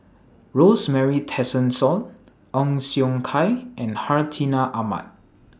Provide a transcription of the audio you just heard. Rosemary Tessensohn Ong Siong Kai and Hartinah Ahmad